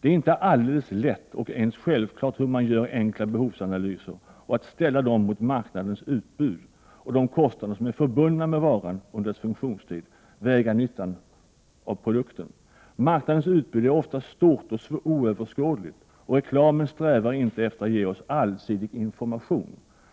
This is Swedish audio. Det är inte alldeles lätt och ens självklart hur man gör enkla behovsanalyser och att ställa dem mot marknadens utbud och de kostnader som är förbundna med varan under dess funktionstid — att väga mot nyttan av produkten. Marknadens utbud är ofta stort och oöverskådligt, och reklamen strävar inte efter att ge oss allsidig information.